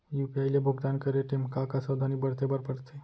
UPI ले भुगतान करे टेम का का सावधानी बरते बर परथे